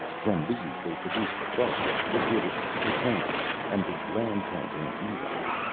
from these, they produced the folk, the gibi, the tand, and the land-tending eron.